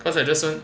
cause I just want